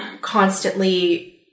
constantly